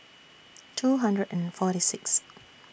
two hundred and forty Sixth